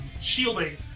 shielding